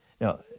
Now